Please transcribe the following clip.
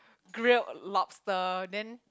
grilled lobster then